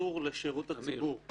מסור לשירות הציבור,